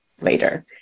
later